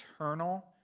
eternal